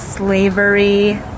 slavery